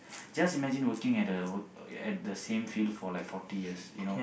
just imagine working at the work at the same field for like forty years you know